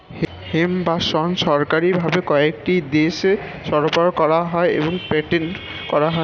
hemp বা শণ সরকারি ভাবে কয়েকটি দেশে সরবরাহ করা হয় এবং পেটেন্ট করা হয়